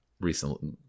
recently